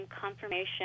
confirmation